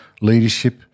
leadership